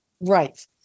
Right